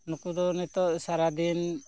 ᱱᱩᱠᱩ ᱫᱚ ᱱᱤᱛᱳᱜ ᱥᱟᱨᱟ ᱫᱤᱱ